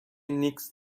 نیکز